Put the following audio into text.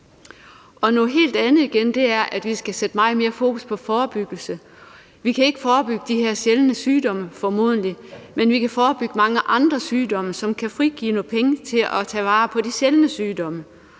Noget helt fjerde igen er, at vi skal sætte meget mere fokus på forebyggelse. Vi kan formodentlig ikke forebygge de her sjældne sygdomme, men vi kan forebygge mange andre sygdomme, som kan frigive nogle penge, så man kan tage vare på de sjældne sygdomme,